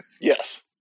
Yes